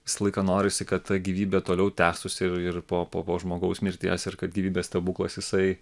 visą laiką norisi kad ta gyvybė toliau tęstųsi ir ir po po po žmogaus mirties ir kad gyvybės stebuklas jisai